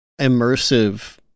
immersive